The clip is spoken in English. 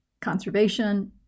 conservation